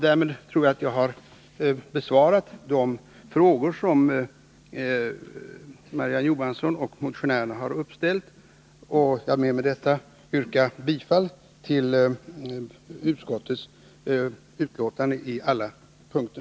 Därmed tror jag att jag har besvarat de frågor som Marie-Ann Johansson och motionärerna har ställt. Jag vill med detta yrka bifall till utskottets hemställan på alla punkter.